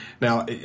Now